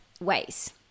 ways